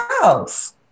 house